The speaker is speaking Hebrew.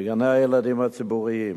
בגני-הילדים הציבוריים